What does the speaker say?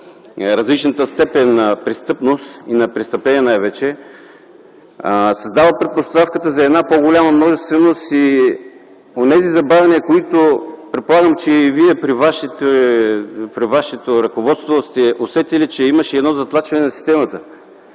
различната степен на престъпност и на престъпления най-вече, създава предпоставка за по-голяма множественост и онези забавяния, които предполагам, че и Вие при Вашето ръководство сте усетили. Имаше едно затлачване на системата.